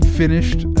finished